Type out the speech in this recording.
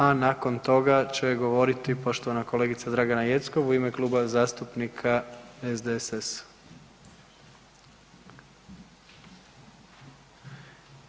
A nakon toga će govoriti poštovana kolegica Draga Jeckov u ime Kluba zastupnika SDSS-a.